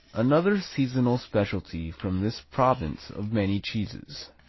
another seasonal specialty from this province of many cheeses.